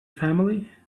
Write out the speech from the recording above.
family